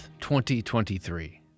2023